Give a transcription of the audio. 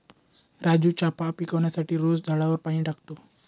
राजू चाफा पिकवण्यासाठी रोज झाडावर पाणी टाकतो